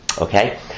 Okay